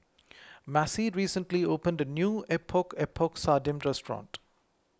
Macie recently opened a new Epok Epok Sardin restaurant